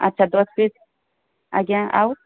ଆଚ୍ଛା ଦଶ ପିସ୍ ଆଜ୍ଞା ଆଉ